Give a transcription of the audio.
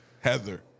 Heather